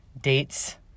dates